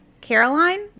Caroline